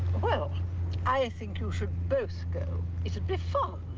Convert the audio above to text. well i think you should both go it'll be fun